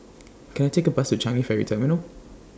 Can I Take A Bus to Changi Ferry Terminal